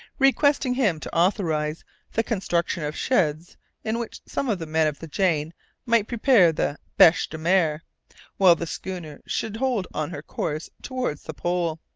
requesting him to authorize the construction of sheds in which some of the men of the jane might prepare the beche-de-mer, while the schooner should hold on her course towards the pole.